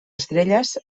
estrelles